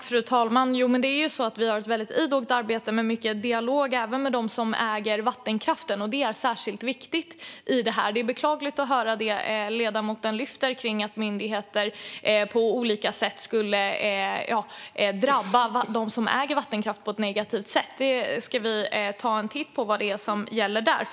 Fru talman! Vi bedriver ett väldigt idogt arbete med mycket dialog, även med dem som äger vattenkraften. Det är särskilt viktigt. Det är beklagligt att höra det som ledamoten lyfter fram om att myndigheter på olika sätt gör saker som på ett negativt sätt drabbar dem som äger vattenkraft. Vi ska ta en titt på vad som gäller där.